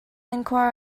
enquire